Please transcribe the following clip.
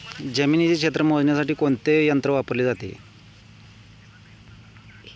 जमिनीचे क्षेत्र मोजण्यासाठी कोणते यंत्र वापरले जाते?